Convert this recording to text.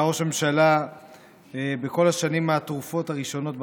היה ראש ממשלה בכל השנים הטרופות הראשונות,